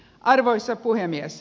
arvoisa puhemies